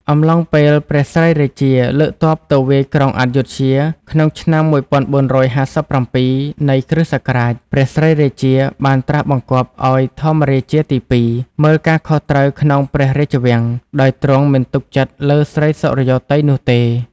អំឡុងពេលព្រះស្រីរាជា លើកទ័ពទៅវាយក្រុងអាយុធ្យា ក្នុងឆ្នាំ ១៤៥៧ នៃគ.សករាជ ព្រះស្រីរាជា បានត្រាសបង្គាប់ឱ្យ ធម្មរាជាទី២ មើលការខុសត្រូវក្នុងព្រះរាជវាំង ដោយទ្រង់មិនទុកចិត្តលើ ស្រីសុរិយោទ័យ នោះទេ ។